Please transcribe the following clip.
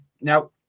Now